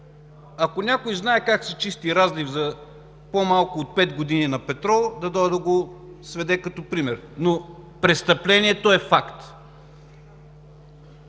Ако някой знае как се чисти разлив на петрол за по-малко от пет години, да дойде да го сведе като пример. Но престъплението е факт.